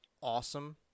awesome